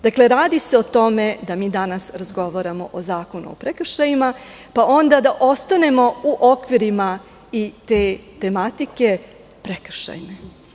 Dakle, radi se o tome da mi danas razgovaramo o Zakonu o prekršajima pa onda da ostanemo u okvirima te tematike, prekršajne.